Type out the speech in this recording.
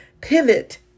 pivot